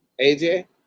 AJ